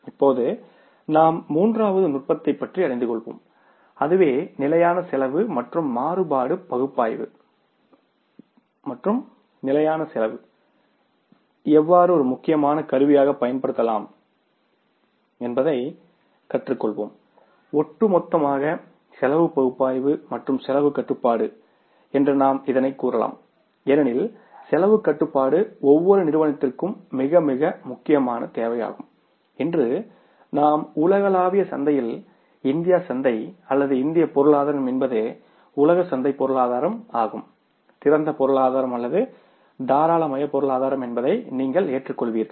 இப்போது நாம் மூன்றாவது நுட்பத்தைப் பற்றி அறிந்துகொள்வோம் அதுவே நிலையான செலவு மற்றும் மாறுபாடு பகுப்பாய்வு மற்றும் நிலையான செலவு எவ்வாறு ஒரு முக்கியமான கருவியாகப் பயன்படுத்தப்படலாம் என்பதைக் கற்றுக்கொள்வோம் ஒட்டுமொத்த செலவு பகுப்பாய்வு மற்றும் செலவுக் கட்டுப்பாடு என்று நாம் இதனை கூறலாம் ஏனெனில் செலவுக் கட்டுப்பாடு ஒவ்வொரு நிறுவனத்திற்கும் மிக மிக முக்கியமான தேவையாகும் இன்று நாம் உலகளாவிய சந்தையில் இந்திய சந்தை அல்லது இந்திய பொருளாதாரம் என்பது உலக சந்தை பொருளாதாரம் திறந்த பொருளாதாரம் அல்லது தாராளமய பொருளாதாரம் என்பதை நீங்கள் ஏற்றுக்கொள்வீர்கள்